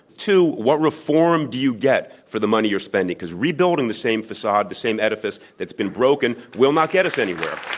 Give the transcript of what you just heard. what reform do you get for the money you're spending? because rebuilding the same facade, the same edifice that's been broken will not get us anywhere.